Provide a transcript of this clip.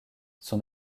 son